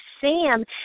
Sam